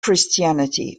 christianity